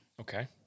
okay